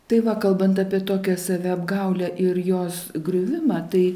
tai va kalbant apie tokią saviapgaulę ir jos griuvimą tai